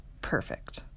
perfect